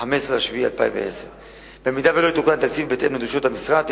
15 ביולי 2010. אם לא יתוקן התקציב בהתאם לדרישות המשרד,